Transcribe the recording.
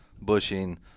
bushing